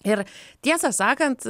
ir tiesą sakant